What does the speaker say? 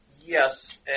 Yes